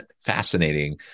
fascinating